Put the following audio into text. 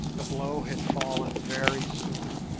the blow had fallen very soon.